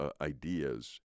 ideas